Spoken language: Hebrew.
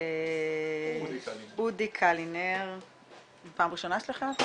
אודי קלינר בבקשה.